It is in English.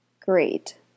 Great